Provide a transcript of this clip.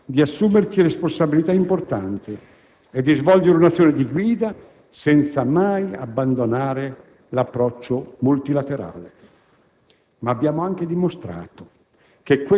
Abbiamo dimostrato che siamo capaci di assumerci responsabilità importanti e di svolgere un'azione di guida senza mai abbandonare l'approccio multilaterale.